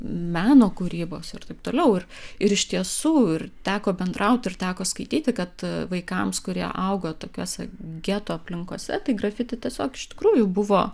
meno kūrybos ir taip toliau ir ir iš tiesų ir teko bendraut ir teko skaityti kad vaikams kurie augo tokiose getų aplinkose tai grafiti tiesiog iš tikrųjų buvo